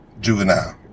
juvenile